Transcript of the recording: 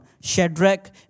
Shadrach